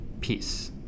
peace